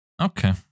Okay